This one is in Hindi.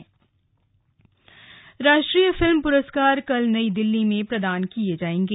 राष्ट्रीय फिल्म पुरस्कार राष्ट्रीय फिल्म पुरस्कार कल नई दिल्ली में प्रदान किये जायेंगे